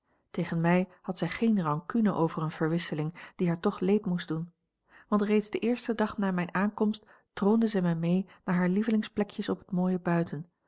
tegen mij had zij geene rancune over eene verwisseling die haar toch a l g bosboom-toussaint langs een omweg leed moest doen want reeds den eersten dag na mijne aankomst troonde zij mij mee naar hare lievelingsplekjes op het mooie buiten